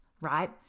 right